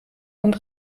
und